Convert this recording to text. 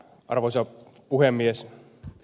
arvoisa puhemies